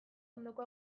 ondoko